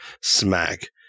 smack